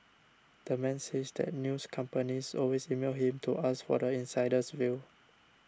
the man says that news companies always email him to ask for the insider's view